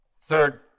Third